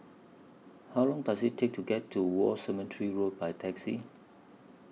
How Long Does IT Take to get to War Cemetery Road By Taxi